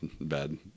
bad